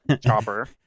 chopper